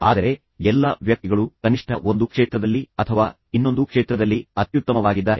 ಆದರೆ ಎಲ್ಲಾ ವ್ಯಕ್ತಿಗಳು ಕನಿಷ್ಠ ಒಂದು ಕ್ಷೇತ್ರದಲ್ಲಿ ಅಥವಾ ಇನ್ನೊಂದು ಕ್ಷೇತ್ರದಲ್ಲಿ ಅತ್ಯುತ್ತಮವಾಗಿದ್ದಾರೆ